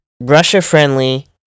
Russia-friendly